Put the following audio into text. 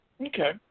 Okay